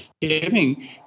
giving